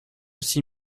six